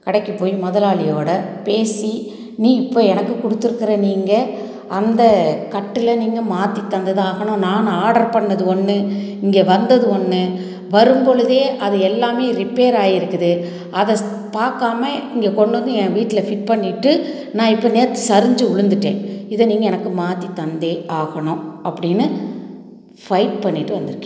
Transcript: கடைக்கு போய் முதலாளியோட பேசி நீ இப்போது எனக்கு கொடுத்துருக்குற நீங்கள் அந்த கட்டில் நீங்கள் மாற்றி தந்து தான் ஆகணும் நானும் ஆர்டர் பண்ணிணது ஒன்று இங்கே வந்தது ஒன்று வரும் பொழுதே அது எல்லாமே ரிப்பேர் ஆகிருக்குது அதை பார்க்காம இங்கே கொண்டு வந்து என் வீட்டில் ஃபிட் பண்ணிவிட்டு நான் இப்போ நேற்று சரிஞ்சு விழுந்துட்டேன் இதை நீங்கள் எனக்கு மாற்றி தந்தே ஆகணும் அப்படினு ஃபைட் பண்ணிவிட்டு வந்திருக்கேன்